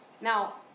Now